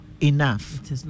enough